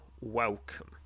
welcome